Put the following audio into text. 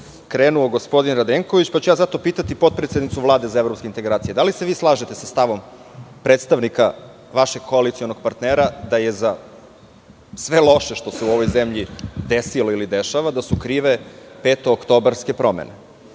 krenuo gospodin Radenković, pa ću zato pitati potpredsednicu Vlade za evropske integracije – da li se vi slažete sa stavom predstavnika vašeg koalicionog partnera da su za sve loše što se u ovoj zemlji desilo ili dešava krive petooktobarske promene.